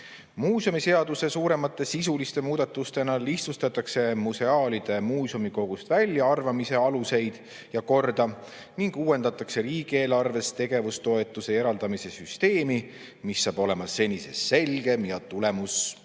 Muuseumiseaduse suuremate sisuliste muudatustena lihtsustatakse museaalide muuseumikogust väljaarvamise aluseid ja korda ning uuendatakse riigieelarvest tegevustoetuse eraldamise süsteemi, mis saab olema senisest selgem ja tulemuspõhisem.